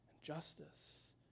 justice